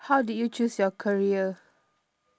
how did you choose your career